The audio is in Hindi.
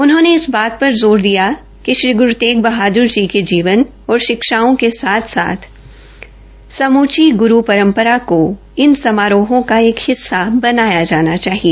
उन्होंने इस बात पर ज़ोर दिया किया कि श्री ग्रू तेग बहादुर जी के जीवन और शिक्षाओं के साथ साथ समूची परमप्रारा को इन समारोहों का एक हिस्सा बनाना चाहिए